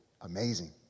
Amazing